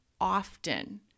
often